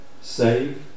save